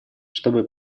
чтобы